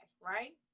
right